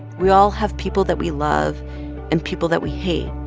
we all have people that we love and people that we hate.